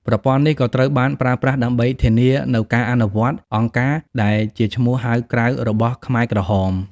ប្រព័ន្ធនេះក៏ត្រូវបានប្រើប្រាស់ដើម្បីធានានូវការអនុវត្ត "អង្គការ" ដែលជាឈ្មោះហៅក្រៅរបស់ខ្មែរក្រហម។